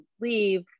leave